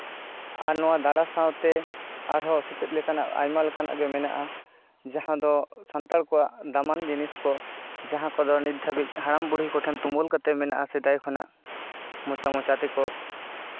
ᱟᱨ ᱱᱚᱣᱟ ᱫᱟᱬᱟ ᱥᱟᱶᱛᱮ ᱟᱨᱦᱚᱸ ᱥᱮᱪᱮᱫ ᱞᱮᱠᱟᱱᱟᱜ ᱟᱭᱢᱟ ᱞᱮᱠᱟᱱᱟᱜ ᱜᱮ ᱢᱮᱱᱟᱜᱼᱟ ᱡᱟᱦᱟᱸ ᱫᱚ ᱥᱟᱱᱛᱟᱲ ᱠᱚᱣᱟᱜ ᱫᱟᱢᱟᱱ ᱡᱤᱱᱤᱥ ᱠᱚ ᱡᱟᱦᱟᱸ ᱠᱚᱫᱚ ᱱᱤᱛ ᱫᱷᱟᱹᱵᱤᱡ ᱦᱟᱲᱟᱢ ᱵᱩᱲᱦᱤ ᱠᱚᱴᱷᱮᱱ ᱛᱩᱢᱟᱹᱞ ᱠᱟᱛᱮᱜ ᱢᱮᱱᱟᱜᱼᱟ ᱥᱮᱫᱟᱭ ᱠᱷᱚᱱᱟᱜ ᱢᱚᱪᱟ ᱢᱚᱪᱟ ᱛᱮᱠᱚ